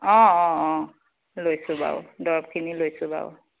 অ' অ' অ' লৈছোঁ বাৰু দৰৱখিনি লৈছোঁ বাৰু